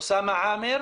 אוסאמה עאמר,